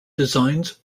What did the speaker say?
designs